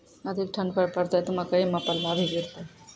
अधिक ठंड पर पड़तैत मकई मां पल्ला भी गिरते?